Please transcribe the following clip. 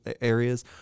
areas